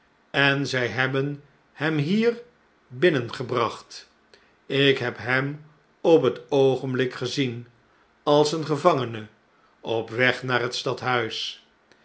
en zj hebben hem hier binnengebracht ik heb hem op het oogenblik gezien als een gevangene op weg naar het stadhuis